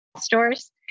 Stores